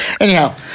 Anyhow